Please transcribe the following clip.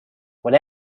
with